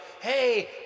hey